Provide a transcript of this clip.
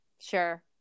Sure